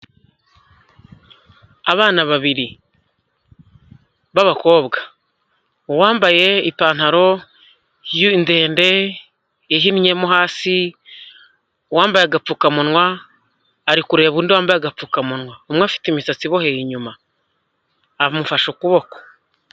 Abana babiri b'abakobwa, uwambaye ipantaro ndende ihimye mo hasi, uwambaye agapfukamunwa ari kureba undi wambaye agapfukamunwa, umwe afite imisatsi iboheye inyuma amufashe ukuboko.